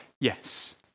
Yes